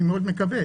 אני מאוד מקווה,